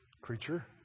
creature